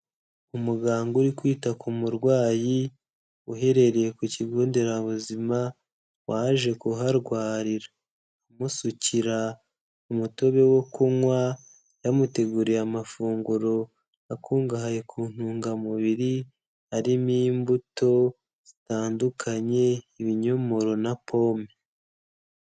Umuganga uri kwita ku murwayi, uherereye ku kigonderabuzima, waje kuharwarira. Amusukira, umutobe wo kunywa, yamuteguriye amafunguro akungahaye ku ntungamubiri, arimo imbuto zitandukanye, ibinyomoro na pome.